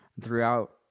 throughout